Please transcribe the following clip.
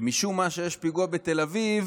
משום מה כשיש פיגוע בתל אביב